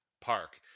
park